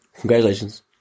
Congratulations